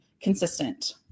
consistent